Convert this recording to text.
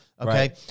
okay